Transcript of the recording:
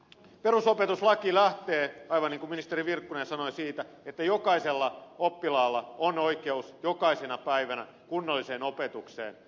perusopetuslaki lähtee aivan niin kuin ministeri virkkunen sanoi siitä että jokaisella oppilaalla on oikeus jokaisena päivänä kunnolliseen opetukseen